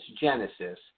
Genesis